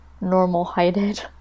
normal-heighted